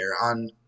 on